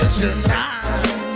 tonight